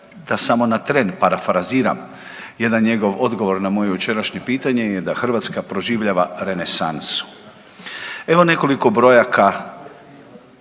da samo na tren parafraziram jedan njegov odgovor na moje jučerašnje pitanje je da Hrvatska proživljava renesansu. Evo nekoliko brojaka